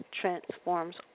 transforms